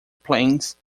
plains